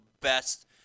best